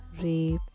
rape